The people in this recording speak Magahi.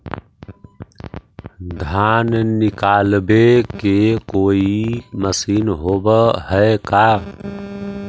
धान निकालबे के कोई मशीन होब है का?